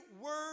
word